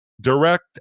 direct